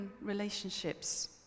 relationships